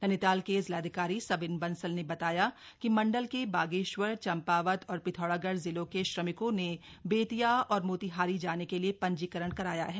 नैनीताल के जिलाधिकारी सविन बंसल ने बताया कि मण्डल के बागेश्वर चम्पावत और पिथौरागढ़ जिलों के श्रमिको ने बेतिया और मोतीहारी जाने के लिए पंजीकरण कराया है